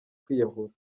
kwiyahura